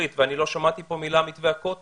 ואני לא שמעתי פה מילה על מתווה הכותל.